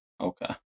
Okay